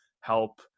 help